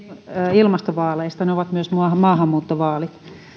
ilmastovaaleista ne ovat myös maahanmuuttovaalit